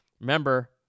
Remember